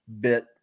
bit